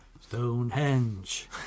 Stonehenge